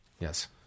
Yes